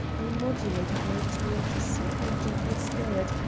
i modulated my tone to suit her gentle spirit,